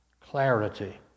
clarity